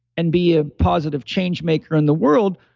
and be a positive change maker in the world.